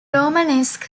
romanesque